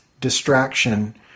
distraction